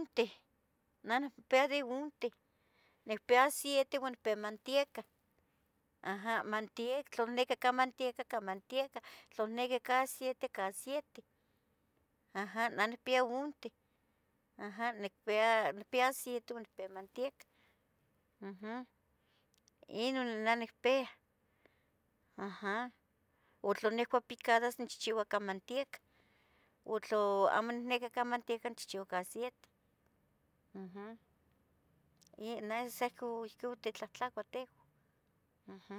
Bueno, quiemah, naha namechonilbis, tehua to- to, techmachtihqueh nochi tli tiquihitah, quemeh ivitlah opanoc ipan no, nochontepan nepa ipa nopueblo Tetelcingo, quisa cayonexteh, xionteucomeh, ino apuches, nochi ino ibitz de mixihcu de los mexi, de los mexicas otechcabilihqueh y tlamachtu, tlamachtili de yehua, entonces tehua tictzicohqueh outz miac cosi, miac tli yehua quehcotihqueh tehua tictzicohqueh, ua tehua itbicatzqueh horita, bueno tic aveces quemeh tehua ti, tichiuah noihqui quemeh yehua quichiuah, la mejor acmo lo mi, acmo yegual pero, ticchiulea tehua lo me tle cachi to, tipopodidebeh, pero tehua itnequih amo mapoolibeh ino, ino tlamachtili, tli techcabihtehqueh nochi to- to- togiente tli onenqueh quichiba miac xibitl tli